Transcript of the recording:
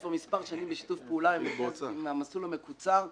כבר מספר שנים בשיתוף פעולה עם המסלול המקוצר.